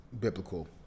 biblical